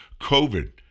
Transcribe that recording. COVID